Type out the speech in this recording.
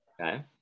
Okay